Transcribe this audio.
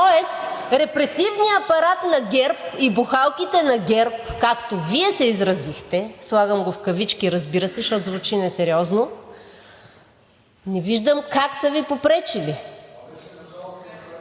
Тоест репресивният апарат на ГЕРБ, и бухалките на ГЕРБ, както Вие се изразихте, слагам го в кавички, разбира се, защото звучи несериозно, не виждам как са Ви попречили?